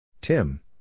Tim